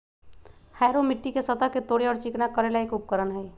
harrow मिट्टी के सतह के तोड़े और चिकना करे ला एक उपकरण हई